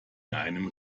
einem